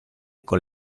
con